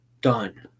done